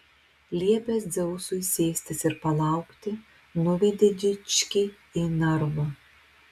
liepęs dzeusui sėstis ir palaukti nuvedė dičkį į narvą